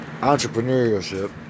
entrepreneurship